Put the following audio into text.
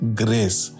grace